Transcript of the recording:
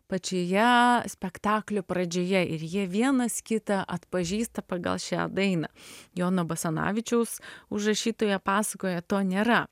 pačioje spektaklio pradžioje ir jie vienas kitą atpažįsta pagal šią dainą jono basanavičiaus užrašytoje pasakoje to nėra